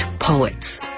poets